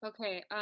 Okay